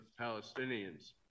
Palestinians